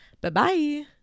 Bye-bye